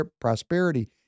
prosperity